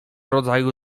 rodzaju